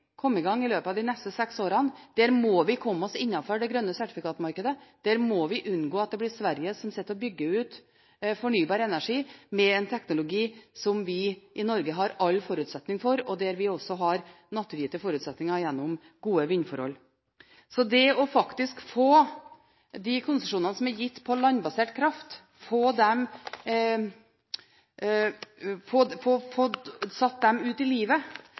i gang i løpet av de neste seks årene, der må vi komme oss innenfor det grønne sertifikatmarkedet, og der må vi unngå at det blir Sverige som bygger ut fornybar energi med en teknologi som vi i Norge har alle forutsetninger for å ha, og der vi også har naturgitte forutsetninger gjennom gode vindforhold. Det faktisk å få de konsesjonene som er gitt på landbasert kraft,